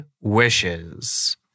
wishes